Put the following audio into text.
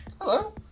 Hello